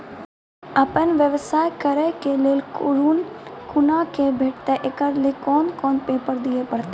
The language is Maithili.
आपन व्यवसाय करै के लेल ऋण कुना के भेंटते एकरा लेल कौन कौन पेपर दिए परतै?